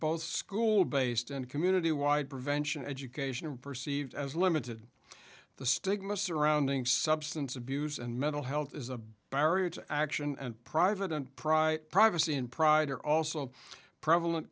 both school based and community wide prevention education perceived as limited the stigma surrounding substance abuse and mental health is a barrier to action and private and private privacy and pride are also prevalent